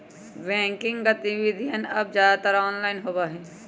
banking गतिविधियन अब ज्यादातर ऑनलाइन होबा हई